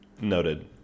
Noted